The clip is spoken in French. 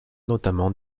notamment